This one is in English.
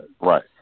Right